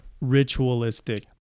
ritualistic